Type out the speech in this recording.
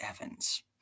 Evans